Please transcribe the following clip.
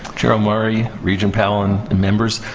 chair omari, regent powell, and members,